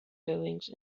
goings